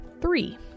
three